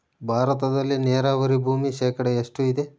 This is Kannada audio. ಭಾರತದಲ್ಲಿ ನೇರಾವರಿ ಭೂಮಿ ಶೇಕಡ ಎಷ್ಟು ಇದೆ?